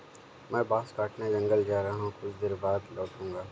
मैं बांस काटने जंगल जा रहा हूं, कुछ देर बाद लौटूंगा